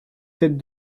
sept